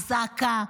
הוא זעקה,